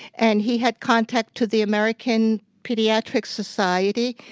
and he had contact to the american pediatric society.